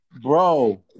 Bro